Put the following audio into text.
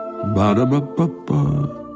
Ba-da-ba-ba-ba